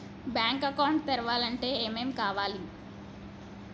Bank account తెరవాలంటే ఏమేం కావాలి?